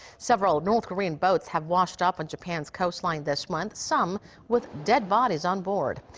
several north korean boats have washed up on japan's coastline this month, some with dead bodies onboard.